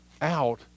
out